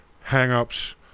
hang-ups